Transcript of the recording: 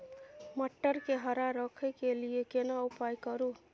मटर के हरा रखय के लिए केना उपाय करू?